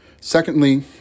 Secondly